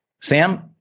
Sam